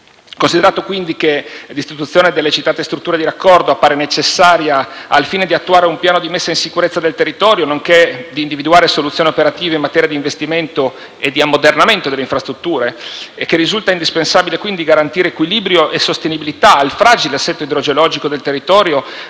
considerato che: l'istituzione delle strutture di raccordo appare necessaria al fine di attuare un piano di messa in sicurezza del territorio nonché di individuare soluzioni operative in materia di investimento e di ammodernamento delle infrastrutture; risulta indispensabile garantire equilibrio e sostenibilità al fragile assetto idrogeologico del territorio,